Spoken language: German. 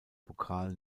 pokal